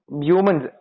Humans